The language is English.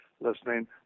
listening